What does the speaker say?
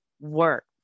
work